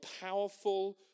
powerful